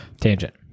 Tangent